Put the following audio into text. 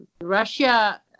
Russia